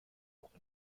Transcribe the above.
auch